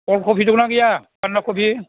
अलखफि दंना गैया बानदा खफि